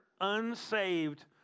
unsaved